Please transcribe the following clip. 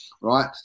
right